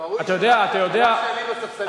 וראוי שאף שאני בספסלים האלה,